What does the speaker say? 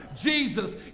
Jesus